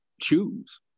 choose